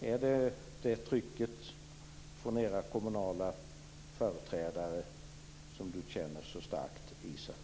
Är det det trycket från era kommunala företrädare som du känner så starkt, Isa Halvarsson?